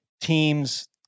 teams